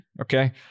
Okay